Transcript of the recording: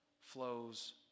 flows